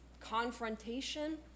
confrontation